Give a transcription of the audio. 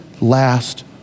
last